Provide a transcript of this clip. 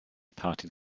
parted